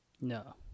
No